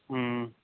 ਹੂੰ